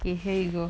给 hei 哥